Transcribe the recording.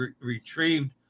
retrieved